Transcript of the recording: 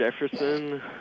Jefferson